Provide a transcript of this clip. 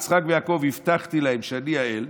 ליצחק ויעקב הבטחתי שאני האל,